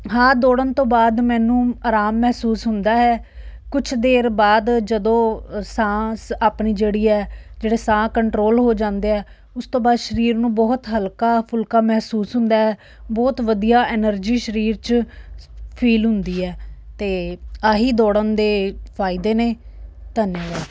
ਹਾਂ ਦੌੜਨ ਤੋਂ ਬਾਅਦ ਮੈਨੂੰ ਆਰਾਮ ਮਹਿਸੂਸ ਹੁੰਦਾ ਹੈ ਕੁਛ ਦੇਰ ਬਾਅਦ ਜਦੋਂ ਸਾਂਸ ਆਪਣੀ ਜਿਹੜੀ ਹੈ ਜਿਹੜਾ ਸਾਹ ਕੰਟਰੋਲ ਹੋ ਜਾਂਦੇ ਹੈ ਉਸ ਤੋਂ ਬਾਅਦ ਸਰੀਰ ਨੂੰ ਬਹੁਤ ਹਲਕਾ ਫੁਲਕਾ ਮਹਿਸੂਸ ਹੁੰਦਾ ਹੈ ਬਹੁਤ ਵਧੀਆ ਐਨਰਜੀ ਸਰੀਰ 'ਚ ਫੀਲ ਹੁੰਦੀ ਹੈ ਅਤੇ ਆਹੀ ਦੌੜਨ ਦੇ ਫਾਇਦੇ ਨੇ ਧੰਨਿਆਵਾਦ